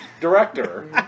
Director